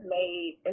made